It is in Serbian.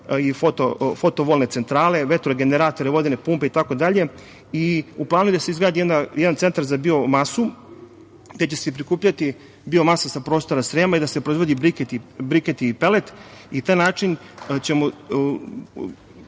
i fotovolne centrale, vetrogeneratore, vodene pumpe itd. i u planu je da se izgradi jedan centar za biomasu, gde će se prikupljati biomasa sa prostora Srema i da se proizvodi briket i pelet i na taj način ćemo